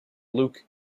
luc